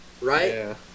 right